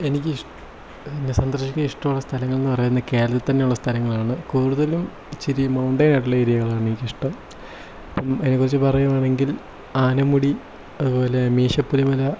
എനിക്ക് ഇഷ്ടം സന്ദർശിക്കാൻ ഇഷ്ടമുള്ള സ്ഥലങ്ങളെന്ന് പറയുന്നത് കേരളത്തിൽ തന്നെയുള്ള സ്ഥലങ്ങളാണ് കൂടുതലും ഇച്ചിരി മൗണ്ടൈൻ ആയിട്ടുള്ള ഏരിയകളാണ് എനിക്കിഷ്ടം ഇപ്പം ഏകദേശം പറയുകാണെങ്കിൽ ആനമുടി അതുപോലെ മീശപ്പുലിമല